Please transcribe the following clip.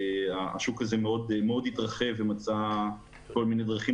השוק הזה מאוד התרחב ומצא כל מיני דרכים